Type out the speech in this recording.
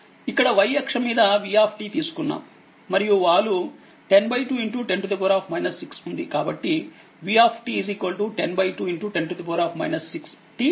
ఇక్కడ y అక్షం మీద v తీసుకున్నాము మరియువాలు 102 10 6ఉంది కాబట్టి v 102 10 6t ఉంటుంది